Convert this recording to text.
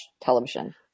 television